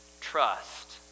trust